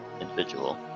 individual